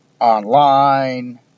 online